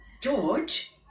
George